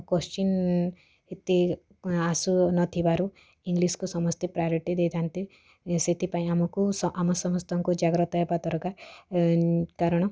question ଏତେ ଆସୁ ନଥିବାରୁ ଇଂଗ୍ଲିଶ୍କୁ ସମସ୍ତେ ପ୍ରାଓରିଟି ଦେଇଥାନ୍ତି ସେଥିପାଇଁ ଆମକୁ ଆମ ସମସ୍ତଙ୍କୁ ଜାଗ୍ରତ ହେବା ଦରକାର କାରଣ